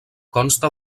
consta